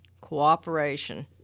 cooperation